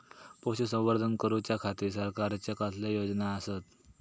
पशुसंवर्धन करूच्या खाती सरकारच्या कसल्या योजना आसत?